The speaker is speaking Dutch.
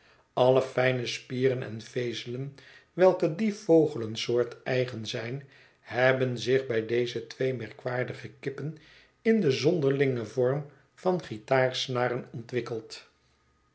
alle fijne spieren en vezelen welke die vogelensoort eigen zijn hebben zich bij deze twee merkwaardige kippen in den zonderlingen vorm van guitaarsnaren ontwikkeld